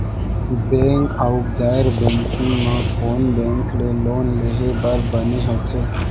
Bank अऊ गैर banking म कोन बैंक ले लोन लेहे बर बने होथे?